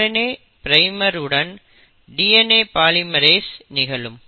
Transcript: RNA primer வந்தவுடன் DNA polymerase நிகழும்